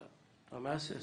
מיותר לציין